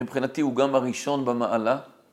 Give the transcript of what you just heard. מבחינתי הוא גם הראשון במעלה.